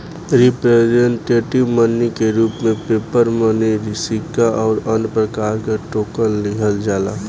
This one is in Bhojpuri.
रिप्रेजेंटेटिव मनी के रूप में पेपर मनी सिक्का अउरी अन्य प्रकार के टोकन लिहल जाला